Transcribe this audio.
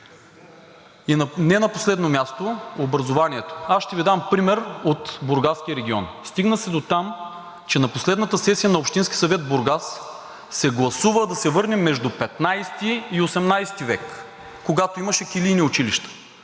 Не на последно място – образованието. Ще Ви дам пример от Бургаския регион. Стигна се дотам, че на последната сесия на Общинския съвет – Бургас, се гласува да се върнем между XV и XVIII век, когато имаше килийни училища.